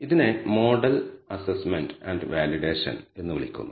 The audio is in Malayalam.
ഇതിനെ മോഡൽ അസ്സസ്മെന്റ് ആൻഡ് വാലിഡേഷൻ എന്ന് വിളിക്കുന്നു